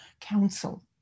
council